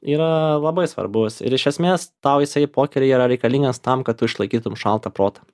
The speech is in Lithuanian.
yra labai svarbus ir iš esmės tau jisai pokeryje yra reikalingas tam kad tu išlaikytum šaltą protą